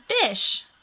fish